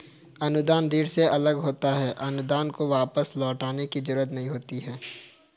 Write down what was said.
अनुदान ऋण से अलग होता है अनुदान को वापस लौटने की जरुरत नहीं होती है